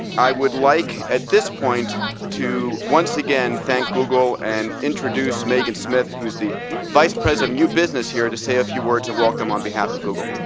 i would like at this point to once again thank google, and introduce megan smith, who's the vice president of new business here, to say a few words of welcome on behalf of google.